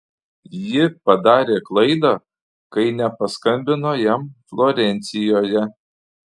ji padarė klaidą kai nepaskambino jam florencijoje